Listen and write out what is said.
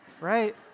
right